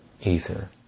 ether